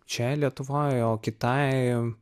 čia lietuvoje o kita ėjo